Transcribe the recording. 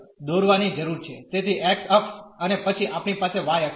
તેથી x અક્ષ અને પછી આપણી પાસે y અક્ષ છે